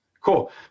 Cool